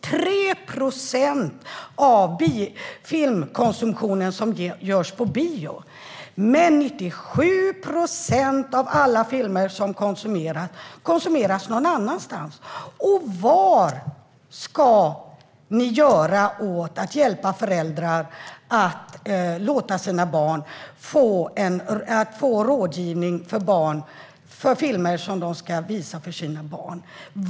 3 procent av filmkonsumtionen sker på bio, medan 97 procent av alla filmer konsumeras någon annanstans. Vad ska ni göra för att hjälpa föräldrar att få rådgivning om filmer som de ska visa för sina barn?